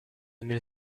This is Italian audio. nel